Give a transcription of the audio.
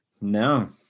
No